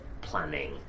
planning